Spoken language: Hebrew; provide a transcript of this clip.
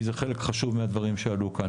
כי זה חלק חשוב מהדברים שעלו כאן.